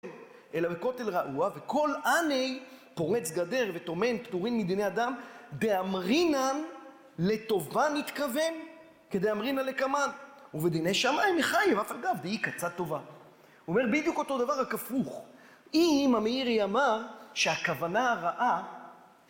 אלא בכותל רעוע, וכל הני - פורץ גדר וטומן פטורין מדיני אדם דאמרינן לטובה נתכוון, כדאמרינן לקמן, ובדיני שמיים יחייב אף אגב דאיכא צד טובה. הוא אומר בדיוק אותו דבר רק הפוך. אם המאירי אמר שהכוונה הרעה